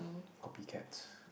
copycats